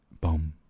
boom